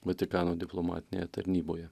vatikano diplomatinėje tarnyboje